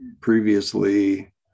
previously